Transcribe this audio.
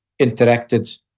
interacted